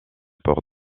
port